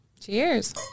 Cheers